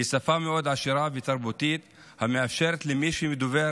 היא שפה מאוד עשירה ותרבותית שמאפשרת למי שדובר